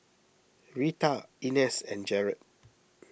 Rita Ines and Jarett